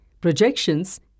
projections